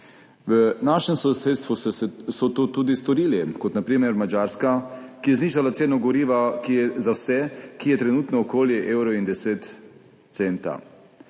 V našem sosedstvu so to tudi storili, na primer Madžarska, ki je znižala ceno goriva za vse in je trenutno okoli 1,10 evra.